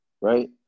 right